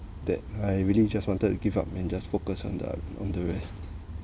that I really just wanted to give up and just focus on the on the rest